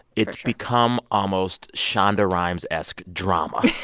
it's become almost shonda rhimes-esque drama